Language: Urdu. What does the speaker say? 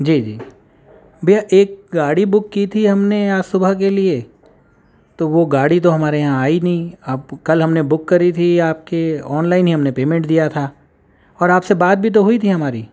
جی جی بھیا ایک گاڑی بک کی تھی ہم نے آج صبح کے لیے تو وہ گاڑی تو ہمارے یہاں آئی نہیں اب کل ہم نے بک کری تھی آپ کے آنلائن ہی ہم نے پیمینٹ دیا تھا اور آپ سے بات بھی تو ہوئی تھی ہماری